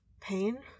pain